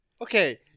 Okay